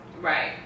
right